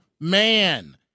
man